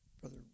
brother